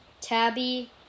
Tabby